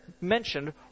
mentioned